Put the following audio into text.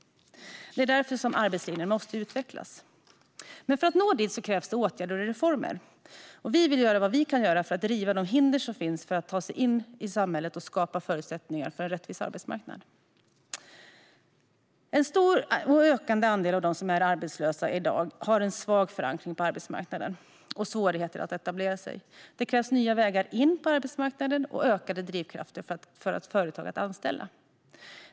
Därför måste arbetslinjen utvecklas, men för att nå dit krävs åtgärder och reformer. Vi vill göra vad vi kan för att riva de hinder som finns för att ta sig in i samhället och skapa förutsättningar för en rättvis arbetsmarknad. En stor och ökande andel av dem som i dag är arbetslösa har svag förankring på arbetsmarknaden och svårigheter att etablera sig. Det krävs nya vägar in på arbetsmarknaden och ökade drivkrafter för företag att anställa.